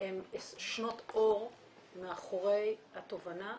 הן שנות אור מאחורי התובנות,